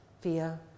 fear